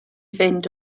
fynd